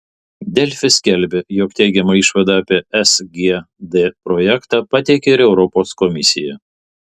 delfi skelbė jog teigiamą išvadą apie sgd projektą pateikė ir europos komisija